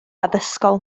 addysgol